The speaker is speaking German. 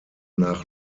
nach